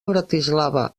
bratislava